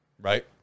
right